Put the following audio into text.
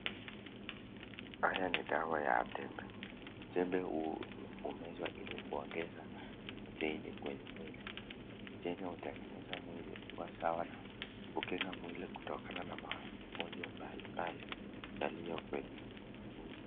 Haya ni dawa ya tembe. Tembe huu umezwa ili kuongeza protini kwenye mwili. Protini hutengeneza mwili kuwa sawa na kukinga mwili kutokana na magonjwa mbalimbali yaliyo kwenye nchi.